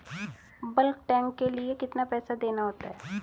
Bulk tank के लिए कितना पैसा देना होता है?